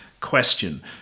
question